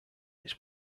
its